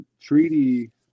treaty